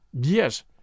Yes